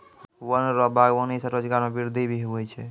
वन रो वागबानी से रोजगार मे वृद्धि भी हुवै छै